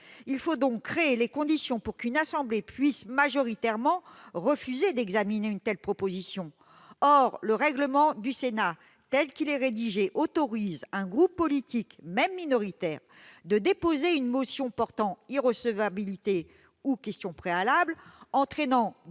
Il faut donc créer les conditions pour qu'une assemblée puisse majoritairement refuser d'examiner une telle proposition ! Or le règlement du Sénat, tel qu'il est rédigé, autorise un groupe politique, même minoritaire, à déposer une motion portant irrecevabilité ou question préalable. Que